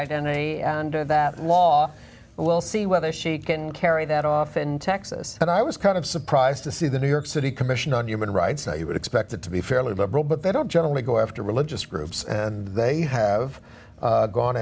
identity and to that law we'll see whether she can carry that off in texas and i was kind of surprised to see the new york city commission on human rights say you would expect it to be fairly liberal but they don't generally go after religious groups and they have gone